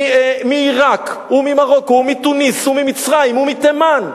מעירק, וממרוקו, ומתוניס, וממצרים, ומתימן.